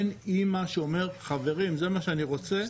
אין אמא שאומרים חברים זה מה שאני רוצה,